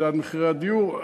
מדד מחירי הדיור,